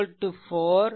i3 4